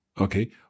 Okay